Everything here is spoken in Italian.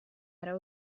era